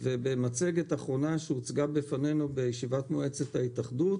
ומן המצגת האחרונה שהוצגה בפנינו בישיבת מועצת ההתאחדות